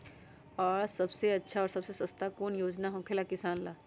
आ सबसे अच्छा और सबसे सस्ता कौन योजना होखेला किसान ला?